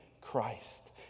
Christ